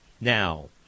now